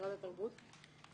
משרד התרבות להסביר.